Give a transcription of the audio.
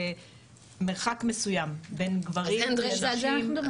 למרחק מסוים בין גברים לנשים.